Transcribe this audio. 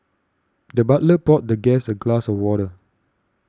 the butler poured the guest a glass of water